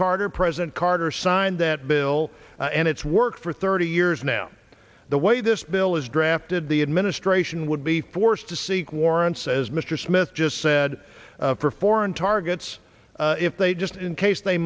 carter president carter signed that bill and it's worked for thirty years now the way this bill is drafted the administration would be forced to seek warrants as mr smith just said for foreign targets if they just in case they